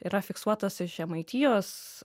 yra fiksuotas iš žemaitijos